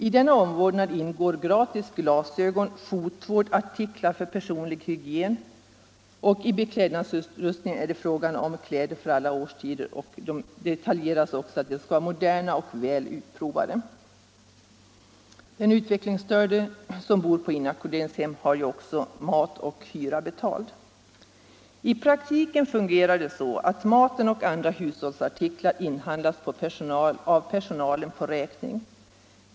I omvårdnade ingår gratis glasögon, fotvård och artiklar för personlig hygien. Beklädnadsutrustningen omfattar kläder för alla årstider, och de skall vara moderna och väl utprovade. Den utvecklingsstörde som bor på inackorderingshem har ju dessutom mat och hyra betalda. I praktiken fungerar det hela så, att maten och andra hushållsartiklar inhandlas av personalen på räkning.